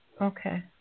Okay